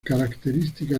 característica